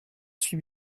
suis